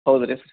ಹೌದ್ರೀ